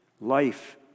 Life